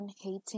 hating